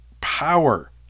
power